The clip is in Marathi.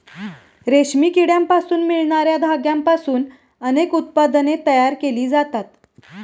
रेशमी किड्यांपासून मिळणार्या धाग्यांपासून अनेक उत्पादने तयार केली जातात